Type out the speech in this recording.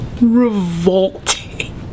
revolting